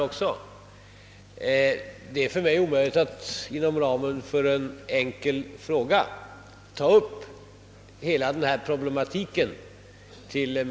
För mig är det omöjligt att inom ramen för en enkel fråga ta upp till utförlig behandling hela den problematik det här gäller.